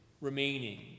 remaining